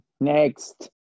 Next